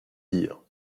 dire